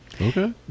Okay